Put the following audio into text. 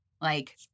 Like-